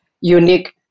unique